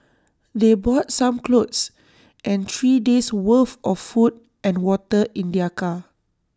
they brought some clothes and three days' worth of food and water in their car